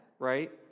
right